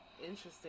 interesting